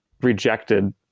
rejected